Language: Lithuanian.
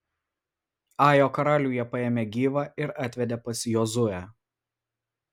ajo karalių jie paėmė gyvą ir atvedė pas jozuę